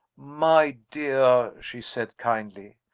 my dear, she said kindly,